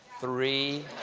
three?